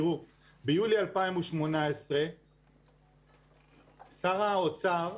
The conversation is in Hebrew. ביולי 2018 שר האוצר,